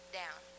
down